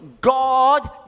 God